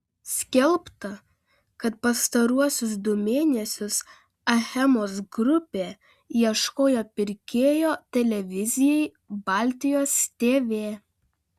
skelbta kad pastaruosius du mėnesius achemos grupė ieškojo pirkėjo televizijai baltijos tv